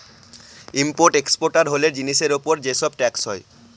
import exporter হলে জিনিসের উপর যে সব ট্যাক্স হয়